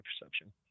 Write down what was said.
perception